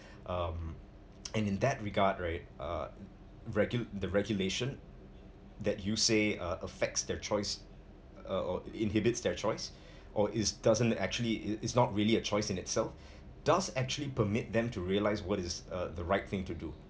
um and in that regard right uh regu~ the regulation that you say uh affects their choice uh or inhibits their choice or it's doesn't actually it's not really a choice in itself does actually permit them to realize what is uh the right thing to do